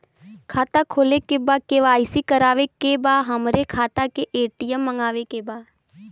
खाता खोले के बा के.वाइ.सी करावे के बा हमरे खाता के ए.टी.एम मगावे के बा?